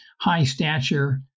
high-stature